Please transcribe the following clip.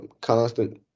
constant